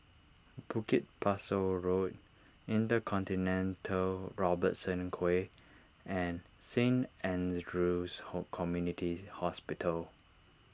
Bukit Pasoh Road Intercontinental Robertson Quay and Saint andrew's hope Community Hospital